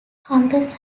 congress